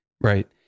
Right